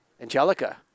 Angelica